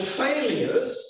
failures